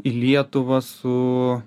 į lietuvą su